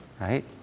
right